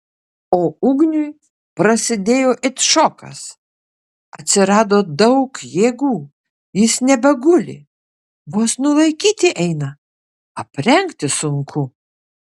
o ugniui prasidėjo it šokas atsirado daug jėgų jis nebeguli vos nulaikyti eina aprengti sunku